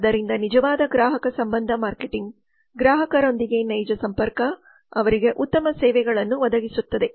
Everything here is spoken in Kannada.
ಆದ್ದರಿಂದ ನಿಜವಾದ ಗ್ರಾಹಕ ಸಂಬಂಧ ಮಾರ್ಕೆಟಿಂಗ್ ಗ್ರಾಹಕರೊಂದಿಗೆ ನೈಜ ಸಂಪರ್ಕ ಅವರಿಗೆ ಉತ್ತಮ ಸೇವೆಗಳನ್ನು ಒದಗಿಸುತ್ತದೆ